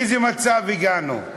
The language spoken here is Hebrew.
לאיזה מצב הגענו?